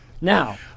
Now